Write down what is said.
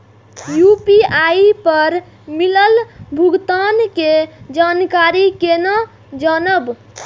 UPI पर मिलल भुगतान के जानकारी केना जानब?